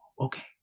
Okay